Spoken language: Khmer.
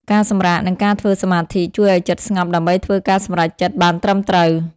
ការសម្រាក និងការធ្វើសមាធិ ជួយឱ្យចិត្តស្ងប់ដើម្បីធ្វើការសម្រេចចិត្តបានត្រឹមត្រូវ។